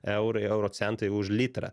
eurai euro centai už litrą